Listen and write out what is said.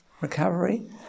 recovery